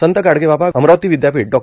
संत गाडगे बाबा अमरावती विद्यापीठ डॉ